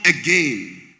again